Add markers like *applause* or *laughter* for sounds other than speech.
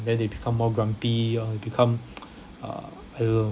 then they become more grumpy or become *noise* uh I don't know